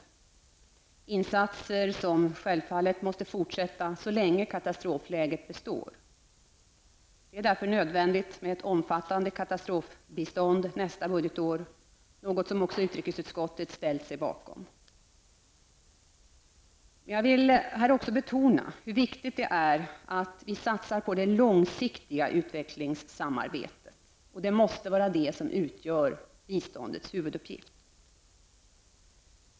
Det är insatser som självfallet måste fortsätta så länge katastrofläget består. Det är därför nödvändigt med ett omfattande katastrofbistånd nästa budgetår, något som också utrikesutskottet har ställt sig bakom. Jag vill här också betona hur viktigt det är att vi satsar på det långsiktiga utvecklingssamarbetet. Det måste vara det som utgör biståndets huvuduppgift.